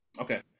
Okay